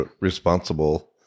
responsible